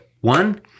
One